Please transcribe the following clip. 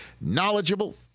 knowledgeable